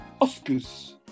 Oscars